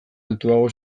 altuago